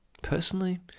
Personally